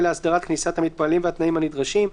להסדרת כניסת המתפללים והתנאים הנדרשים,